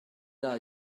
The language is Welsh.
munud